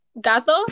Gato